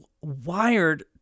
wired